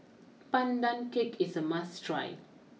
Pandan Cake is a must try